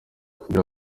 kubwira